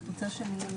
כמאל